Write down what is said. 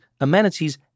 amenities